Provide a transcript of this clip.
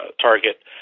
target